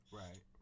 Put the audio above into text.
right